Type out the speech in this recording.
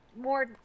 more